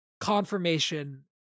confirmation